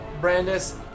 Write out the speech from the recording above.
Brandis